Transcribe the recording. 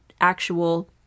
actual